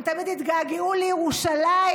הם תמיד התגעגעו לירושלים.